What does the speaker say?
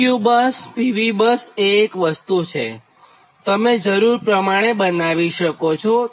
PQ bus PV bus એ એક વસ્તુ છે કે તમે જરૂર પ્રમાણે બનાવી શકો છો